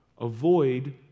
Avoid